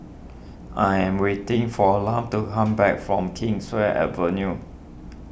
I am waiting for Lum to come back from Kingswear Avenue